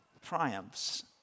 triumphs